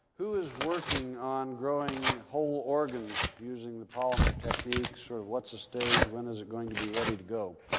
who is working on growing whole organs using the polymer techniques? or what's the stage? when is it going to be ready to go?